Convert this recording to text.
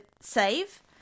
save